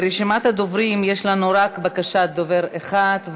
ברשימת הדוברים יש לנו רק בקשת דובר אחד,